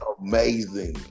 amazing